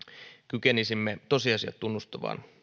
kykenisimme tosiasiat tunnustavaan